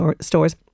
stores